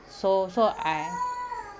so so I